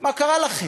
מה קרה לכם?